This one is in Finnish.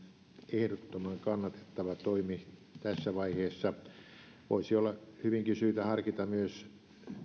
ehdottoman kannatettava toimi tässä vaiheessa voisi olla hyvinkin syytä harkita myös